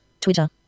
Twitter